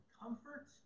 comfort